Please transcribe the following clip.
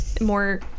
more